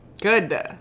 Good